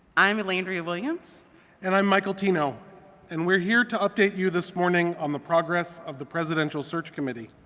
i am elandria williams. other and i'm michael t. ino and we're here to update you this morning on the progress of the presidential search committee.